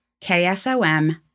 KSOM